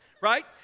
right